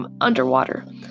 underwater